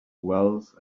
wealth